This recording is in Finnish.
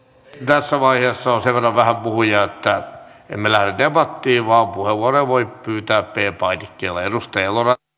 tässä vaiheessa on sen verran vähän puhujia että emme lähde debattiin vaan puheenvuoroja voi pyytää p painikkeella